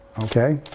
okay.